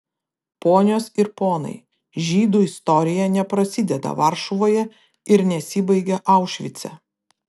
ponios ir ponai žydų istorija neprasideda varšuvoje ir nesibaigia aušvice